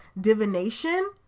divination